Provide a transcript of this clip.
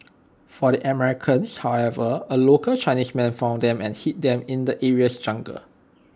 for the Americans however A local Chinese man found them and hid them in the area's jungle